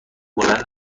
بلند